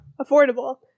affordable